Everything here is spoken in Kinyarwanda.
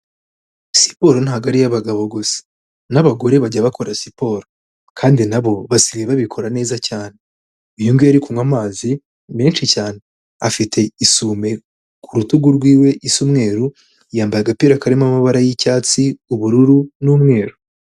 Siporo ntabwo ari iy'abagabo gusa. N'abagore bajya bakora siporo kandi nabo basigaye babikora neza cyane. Uyu nguyu ari kunywa amazi menshi cyane afite isume ku rutugu rwiwe isa umweru. Yambaye agapira karimo amabara y'icyatsi, ubururu n'umweru.